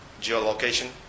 geolocation